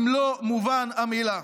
במלוא מובן המילה.